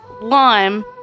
lime